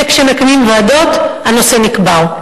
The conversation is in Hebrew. וכשמקימים ועדות הנושא נקבר,